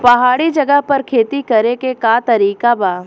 पहाड़ी जगह पर खेती करे के का तरीका बा?